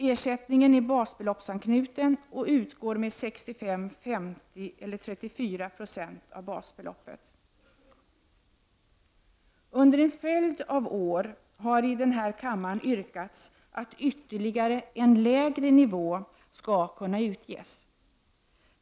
Ersättningen är basbeloppsanknuten och utgår med 65, 50 eller 34 26 av basbeloppet. Under en följd av år har i denna kammare yrkats att ytterligare en lägre nivå skall kunna utges.